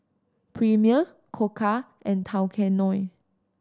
Premier Koka and Tao Kae Noi